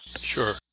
Sure